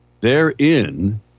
therein